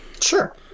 Sure